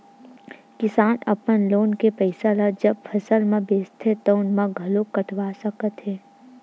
किसान ह अपन लोन के पइसा ल जब फसल ल बेचथे तउने म घलो कटवा सकत हे